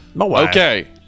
Okay